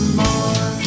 more